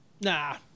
Nah